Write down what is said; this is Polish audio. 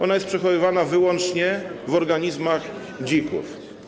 Ona jest przechowywana wyłącznie w organizmach dzików.